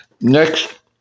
Next